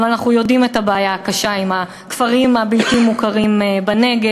אבל אנחנו יודעים את הבעיה הקשה עם הכפרים הבלתי-מוכרים בנגב,